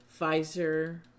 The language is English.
Pfizer